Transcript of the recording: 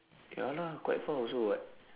ya lah quite far also [what]